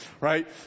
right